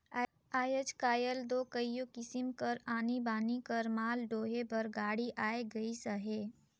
आएज काएल दो कइयो किसिम कर आनी बानी कर माल डोहे बर गाड़ी आए गइस अहे